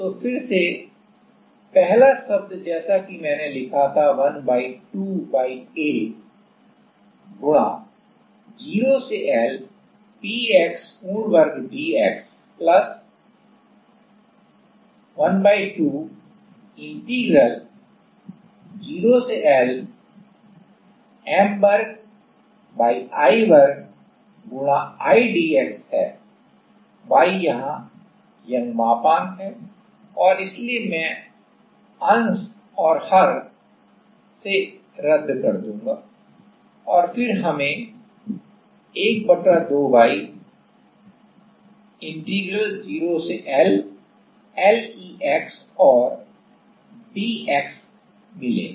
तो फिर से पहला शब्द जैसा कि मैंने लिखा है 12YA 0 से L Px पूर्ण वर्ग dx 1 2Y इंटीग्रल 0 से L M वर्गI वर्ग I d x है Y यहाँ है यंग मापांक है और इसलिए इसे मैं अंश और हर से रद्द कर दूंगा और फिर हमें 1 2Y इंटीग्रल 0 से L L E x और dx मिलेगा